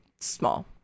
small